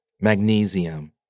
Magnesium